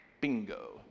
Bingo